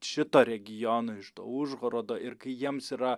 šito regiono iš to užhorodo ir kai jiems yra